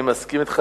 אני מסכים אתך,